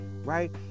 right